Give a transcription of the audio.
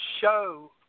show